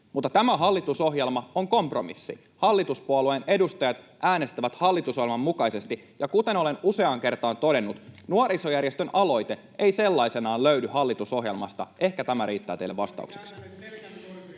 mutta tämä hallitusohjelma on kompromissi. Hallituspuolueen edustajat äänestävät hallitusohjelman mukaisesti. Ja kuten olen useaan kertaan todennut, nuorisojärjestön aloitetta ei sellaisenaan löydy hallitusohjelmasta. Ehkä tämä riittää teille vastaukseksi.